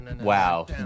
Wow